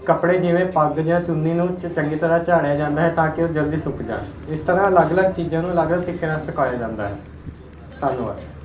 ਕੱਪੜੇ ਜਿਵੇਂ ਪੱਗ ਜਾਂ ਚੁੰਨੀ ਨੂੰ ਚ ਚੰਗੀ ਤਰ੍ਹਾਂ ਝਾੜਿਆ ਜਾਂਦਾ ਹੈ ਤਾਂ ਕਿ ਉਹ ਜਲਦੀ ਸੁੱਕ ਜਾਣ ਇਸ ਤਰ੍ਹਾਂ ਅਲੱਗ ਅਲੱਗ ਚੀਜ਼ਾਂ ਨੂੰ ਅਲੱਗ ਅਲੱਗ ਤਰੀਕਿਆਂ ਨਾਲ ਸੁਕਾਇਆ ਜਾਂਦਾ ਹੈ ਧੰਨਵਾਦ